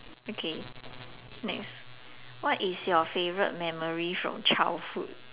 K next what is your favorite memory from childhood